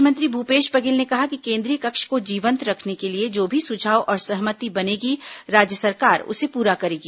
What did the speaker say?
मुख्यमंत्री भूपेश बघेल ने कहा कि केंद्रीय कक्ष को जीवंत रखने के लिए जो भी सुझाव और सहमति बनेगी राज्य सरकार उसे पूरा करेगी